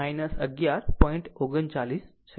આમ 26 11 point r 39 છે